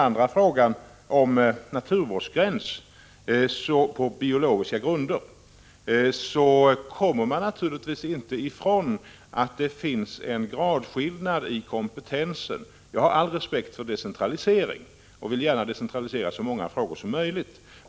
I frågan om naturvårdsgräns på biologiska grunder kommer man naturligtvis inte ifrån att det finns en gradskillnad i kompetensen. Jag har all respekt för decentralisering och vill gärna decentralisera så många frågor som möjligt.